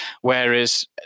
Whereas